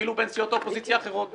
אפילו בין סיעות האופוזיציה האחרות,